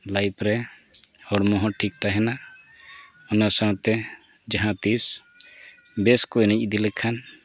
life ᱨᱮ ᱦᱚᱲᱢᱚ ᱴᱷᱤᱠ ᱛᱟᱦᱮᱱᱟ ᱚᱱᱟ ᱥᱟᱶᱛᱮ ᱡᱟᱦᱟᱸ ᱛᱤᱸᱥ ᱵᱮᱥ ᱠᱚ ᱮᱱᱮᱡ ᱤᱫᱤ ᱞᱮᱠᱷᱟᱱ